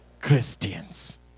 Christians